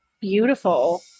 beautiful